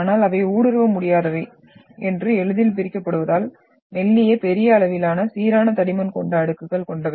ஆனால் அவை ஊடுருவ முடியாதவை மற்றும் எளிதில் பிரிக்கப்படுவதால் மெல்லிய பெரிய அளவிலான சீரான தடிமன் கொண்ட அடுக்குகள் கொண்டவை